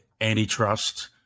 antitrust